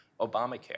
Obamacare